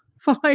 fine